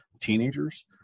teenagers